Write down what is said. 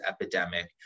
epidemic